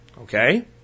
Okay